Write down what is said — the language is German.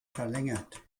verlängert